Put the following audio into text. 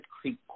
Creek